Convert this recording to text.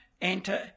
enter